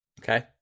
Okay